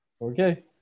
Okay